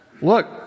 look